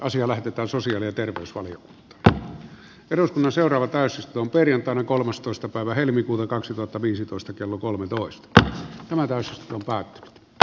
asia lähetetään sosiaali ja terveysvalion perustaman seuraava täysistun perjantaina kolmastoista päivä helmikuuta kaksituhattaviisitoista kello kolmentoista tämä laitos työstä työhön